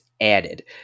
Added